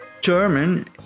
German